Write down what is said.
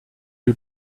you